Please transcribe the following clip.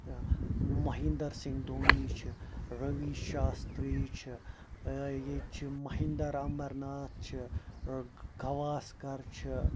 مہندر سِنٛگھ دھونی چھِ رٔوی شاشترٛی چھِ یہِ چھِ مہندر امبرناتھ چھِ گواسکَر چھِ